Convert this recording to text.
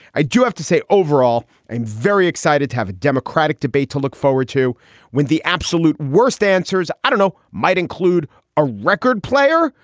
i do have to say, overall, i'm very excited to have a democratic debate to look forward to when the absolute worst answers. i don't know. might include a record player,